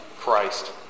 Christ